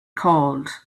called